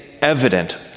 evident